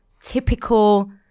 typical